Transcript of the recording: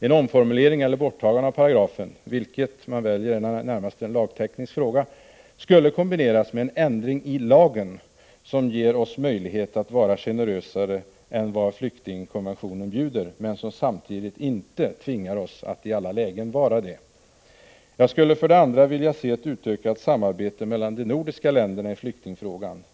En omformulering eller borttagande av paragrafen — vilket man väljer är närmast en lagteknisk fråga — skulle kombineras med en ändring i lagen som ger oss möjlighet att vara generösare än vad flyktingkonventionen bjuder men som samtidigt inte tvingar oss att i alla lägen vara det. Jag skulle som en andra åtgärd vilja se att utökat samarbete mellan de nordiska länderna i flyktingfrågan.